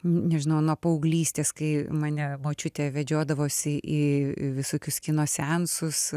nežinau nuo paauglystės kai mane močiutė vedžiodavosi į visokius kino seansus